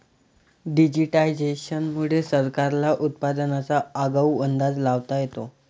digitisation मुळे सरकारला उत्पादनाचा आगाऊ अंदाज लावता येतो